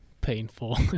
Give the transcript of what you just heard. painful